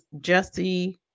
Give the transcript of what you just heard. Jesse